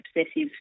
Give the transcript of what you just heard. obsessive